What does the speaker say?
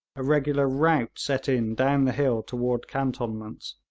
a regular rout set in down the hill toward cantonments,